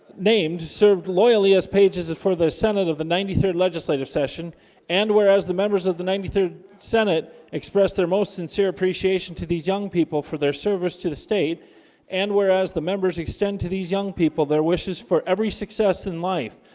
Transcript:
named served loyally as pages for the senate of the ninety third legislative session and whereas the members of the ninety third senate expressed their most sincere appreciation to these young people for their service to the state and whereas the members extend to these young people their wishes for every success in life?